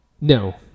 No